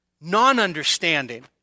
non-understanding